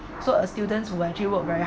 so a students who actually work very hard